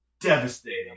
devastating